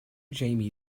jamie